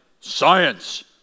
science